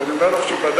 ואני אומר לך שבדקתי.